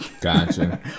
Gotcha